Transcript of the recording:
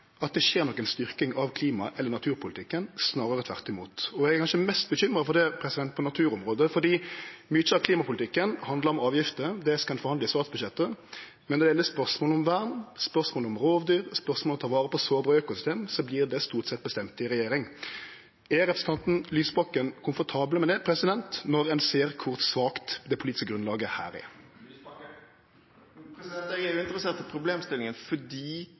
at det skjer noka styrking av klima- eller naturpolitikken – snarare tvert imot. Eg er kanskje mest bekymra for det på naturområdet, for mykje av klimapolitikken handlar om avgifter, og det skal ein forhandle i statsbudsjettet, men når det gjeld spørsmål om vern, spørsmål om rovdyr, spørsmål om å ta vare på sårbare økosystem, vert det stort sett bestemt i regjering. Er representanten Lysbakken komfortabel med det, når ein ser kor svakt det politiske grunnlaget her er? Jeg er uinteressert i problemstillingen fordi